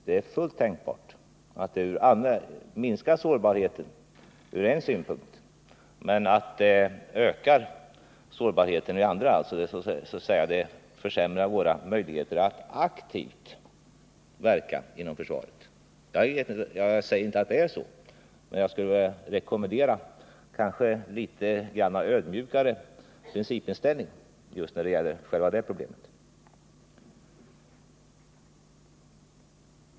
Det är fullt tänkbart att det minskar sårbarheten från en synpunkt men att det ökar sårbarheten från andra — att det försämrar våra möjligheter att verka aktivt inom försvaret. Jag säger inte att det är så, men jag skulle vilja rekommendera en något ödmjukare principinställning när det gäller det problemet.